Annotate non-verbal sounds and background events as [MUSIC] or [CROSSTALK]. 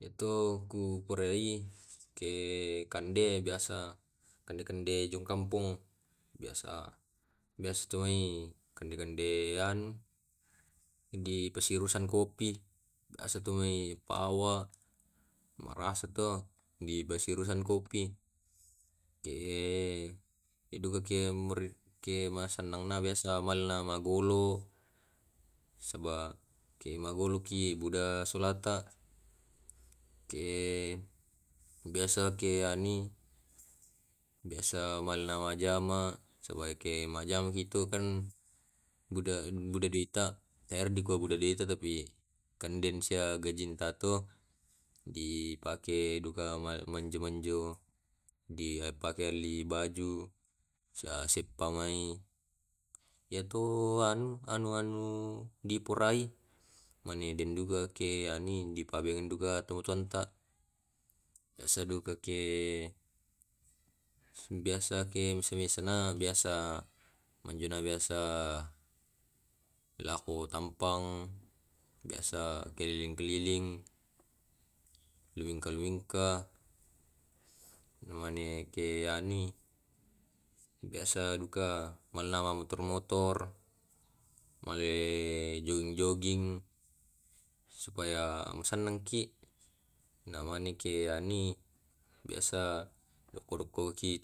Eh iya to hanto bisa [HESITATION] [HESITATION] masannang na to hobiku eh, jamangku, sola keluargaku, silo kande